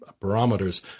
barometers